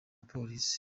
abapolisi